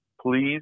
Please